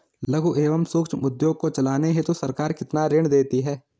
लघु एवं सूक्ष्म उद्योग को चलाने हेतु सरकार कितना ऋण देती है?